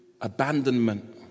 abandonment